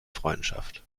freundschaft